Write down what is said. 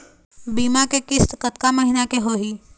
बीमा के किस्त कतका महीना के होही?